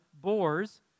boars